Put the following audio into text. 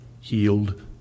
healed